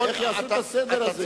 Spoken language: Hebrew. איך יעשו את הסדר הזה?